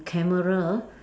camera